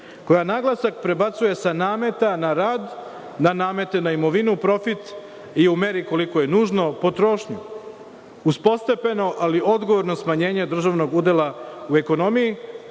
koja naglasak prebacuje sa nameta na rad, na namete na imovinu, profit i u meri koliko je nužno, potrošnju, uz postepeno ali odgovorno smanjenje državnog udela u ekonomiji